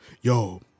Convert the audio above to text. yo